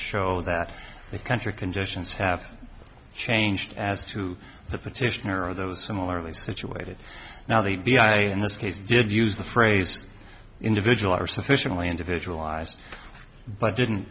show that the country conditions have changed as to the petitioner or those similarly situated now they in this case did use the phrase individual or sufficiently individual eyes but didn't